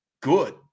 good